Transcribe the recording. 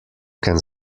can